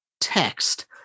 text